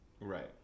Right